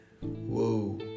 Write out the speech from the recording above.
Whoa